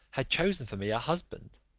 had chosen for me a husband,